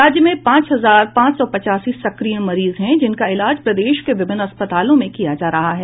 राज्य में पांच हजार पांच सौ पचासी सक्रिय मरीज हैं जिनका इलाज प्रदेश के विभिन्न अस्पतालों में किया जा रहा है